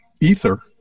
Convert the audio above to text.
ether